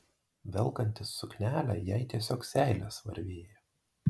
velkantis suknelę jai tiesiog seilės varvėjo